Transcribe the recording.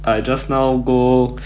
I just now go